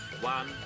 one